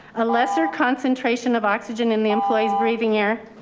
a lesser concentration of oxygen in the employees' breathing air.